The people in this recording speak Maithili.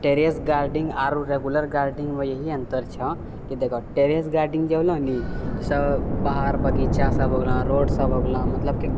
टेरेस गार्डनिंग आरो रेगुलर गार्डनिंगमे यही अन्तर छऽ की देखऽ टेरेस गार्डनिंग जे होलऽ नी से बाहर बगीचा सब हो गेलै रोड सब हो गेलै मतलब की